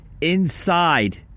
inside